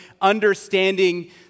Understanding